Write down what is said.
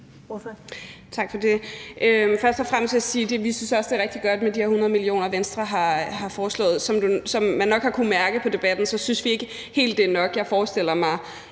Tak for det. Først og fremmest vil jeg sige, at vi også synes, det er rigtig godt med de 100 mio. kr., Venstre har foreslået, men som man nok har kunnet mærke på debatten, synes vi ikke helt det er nok. Jeg forestiller mig,